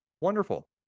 wonderful